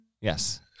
Yes